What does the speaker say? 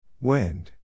Wind